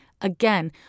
Again